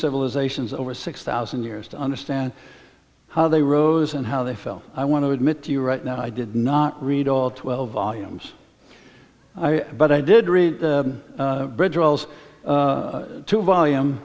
civilizations over six thousand years to understand how they rose and how they fell i want to admit to you right now i did not read all twelve volumes i but i did read bread rolls two volume